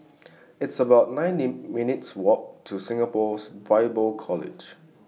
It's about nine minutes' Walk to Singapore Bible College